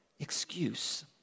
excuse